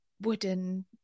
wooden